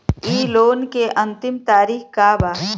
इ लोन के अन्तिम तारीख का बा?